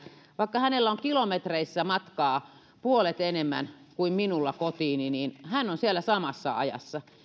vaikka hänellä on kilometreissä puolet enemmän kuin minulla niin hän on siellä samassa ajassa